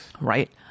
Right